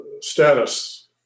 status